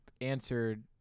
answered